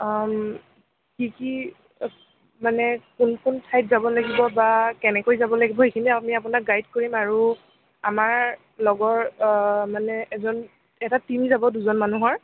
কি কি মানে কোন কোন ঠাইত যাব লাগিব বা কেনেকৈ যাব লাগিব সেইখিনি আমি আপোনাক গাইড কৰিম আৰু আমাৰ লগৰ মানে এজন এটা টিম যাব দুজন মানুহৰ